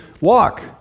Walk